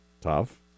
tough